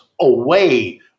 away